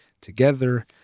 together